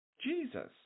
Jesus